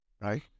right